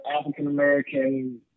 African-American